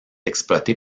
exploitée